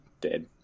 dead